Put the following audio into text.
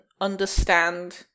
understand